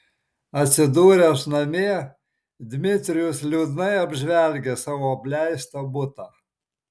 atsidūręs namie dmitrijus liūdnai apžvelgė savo apleistą butą